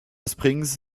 springs